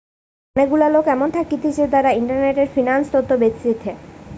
অনেক গুলা লোক এমন থাকতিছে যারা ইন্টারনেটে ফিন্যান্স তথ্য বেচতিছে